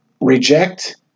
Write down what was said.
reject